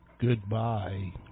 goodbye